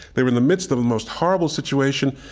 they were in the midst of the most horrible situation,